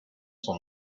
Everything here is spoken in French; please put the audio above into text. son